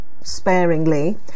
sparingly